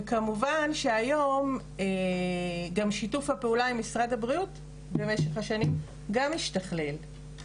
וכמובן שהיום גם שיתוף הפעולה עם משרד הבריאות במשך השנים גם השתכלל.